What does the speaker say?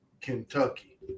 Kentucky